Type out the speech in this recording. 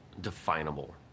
Definable